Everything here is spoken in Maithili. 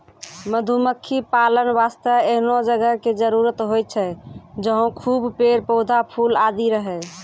मधुमक्खी पालन वास्तॅ एहनो जगह के जरूरत होय छै जहाँ खूब पेड़, पौधा, फूल आदि रहै